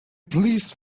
please